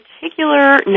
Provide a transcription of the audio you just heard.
particular